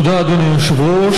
תודה, אדוני היושב-ראש.